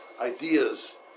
ideas